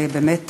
תודה רבה לך,